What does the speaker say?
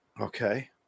Okay